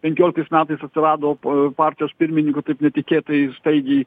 penkioliktais metais atsirado po partijos pirmininku taip netikėtai staigiai